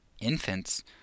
infants